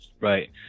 Right